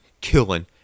killing